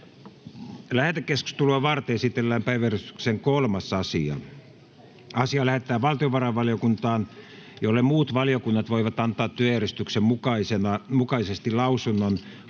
Lähetekeskustelua varten esitellään päiväjärjestyksen 3. asia. Asia lähetetään valtiovarainvaliokuntaan, jolle muut valiokunnat voivat antaa työjärjestyksen mukaisesti lausunnon 30